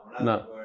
no